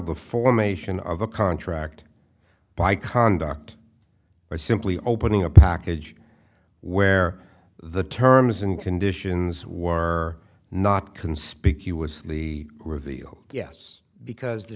the formation of a contract by conduct or simply opening a package where the terms and conditions were not conspicuously revealed yes because the